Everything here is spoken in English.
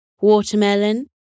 watermelon